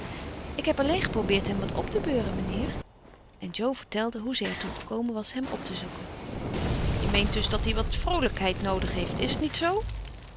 ik heb alleen geprobeerd hem wat op te beuren mijnheer en jo vertelde hoe zij er toe gekomen was hem op te zoeken je meent dus dat hij wat vroolijkheid noodig heeft is t niet zoo